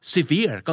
Severe